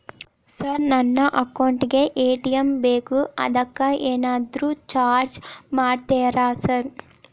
Sir ನನ್ನ account ಗೇ ATM ಬೇಕು ಅದಕ್ಕ ಏನಾದ್ರು ಚಾರ್ಜ್ ಮಾಡ್ತೇರಾ ಸರ್?